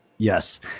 Yes